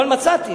אבל מצאתי,